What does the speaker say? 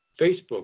Facebook